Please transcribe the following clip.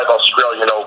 Australian